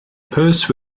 purse